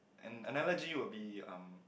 and analogy will be um